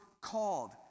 called